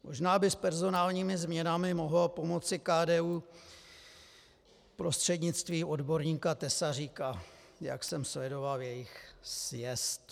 Možná by s personálními změnami mohlo pomoci KDU prostřednictvím odborníka Tesaříka, jak jsem sledoval jejich sjezd.